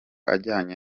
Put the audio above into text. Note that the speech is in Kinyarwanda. ajyanye